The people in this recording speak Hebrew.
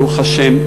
ברוך השם,